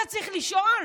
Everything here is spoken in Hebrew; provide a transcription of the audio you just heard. אתה צריך לשאול